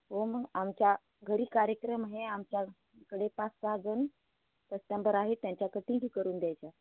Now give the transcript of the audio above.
हो मग आमच्या घरी कार्यक्रम हे आमच्याकडे पाच सहाजण कस्टंबर आहेत त्यांच्या कटींगी करून द्यायच्या